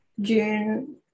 June